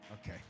okay